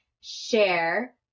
share